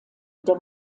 der